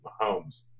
Mahomes